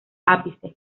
ápice